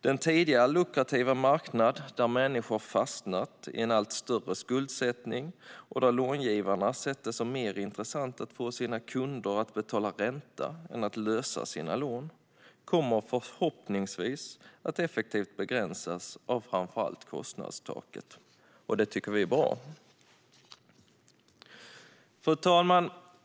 Den tidigare lukrativa marknad, där människor fastnat i en allt större skuldsättning och där långivarna sett det som mer intressant att få sina kunder att betala ränta än att lösa sina lån, kommer förhoppningsvis att effektivt begränsas av framför allt kostnadstaket, och det är bra. Fru talman!